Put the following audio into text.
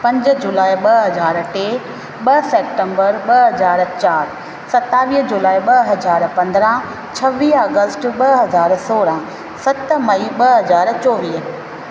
पंज जुलाई ॿ हज़ार टे ॿ सेप्टेम्बर ॿ हज़ार चारि सतावीह जुलाई ॿ हज़ार पंद्रहं छवीह अगस्त ॿ हज़ार सोरहं सत मई ॿ हज़ार चोवीह